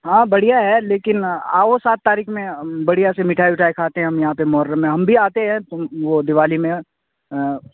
ہاں بڑھیا ہے لیکن آؤ سات تاریکھ میں بڑھیا سے مٹھائی وٹھائی کھاتے ہیں ہم یہاں پہ محرم میں ہم بھی آتے ہیں وہ دیوالی میں